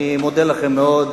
אני מודה לכם מאוד,